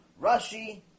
Rashi